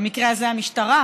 במקרה הזה המשטרה,